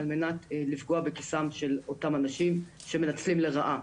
על מנת לפגוע בכיסם של אותם אנשים שמנצלים לרעה,